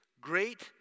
great